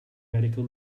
medical